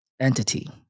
entity